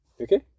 Okay